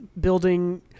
building